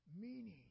Meaning